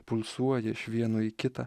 pulsuoja iš vieno į kitą